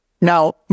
Now